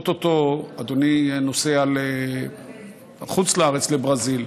או-טו-טו אדוני נוסע לחוץ-לארץ, לברזיל.